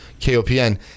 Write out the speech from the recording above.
kopn